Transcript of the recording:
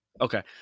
okay